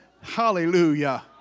Hallelujah